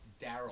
Daryl